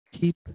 Keep